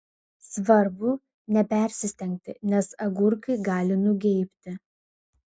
svarbu nepersistengti nes agurkai gali nugeibti